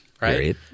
Right